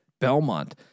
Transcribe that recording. Belmont